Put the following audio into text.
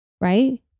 Right